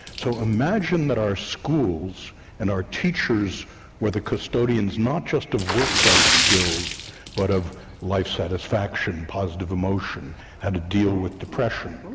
so imagine that our schools and our teachers where the custodian not just workplace skills but of life satisfaction, positive emotion how to deal with depression.